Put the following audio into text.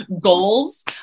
goals